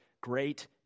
great